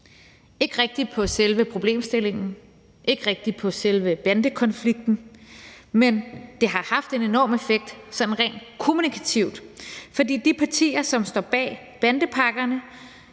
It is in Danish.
ikke rigtig på selve problemstillingen, ikke rigtig på selve bandekonflikten, men det har haft en enorm effekt sådan rent kommunikativt, fordi de partier, som står bag bandepakkerne,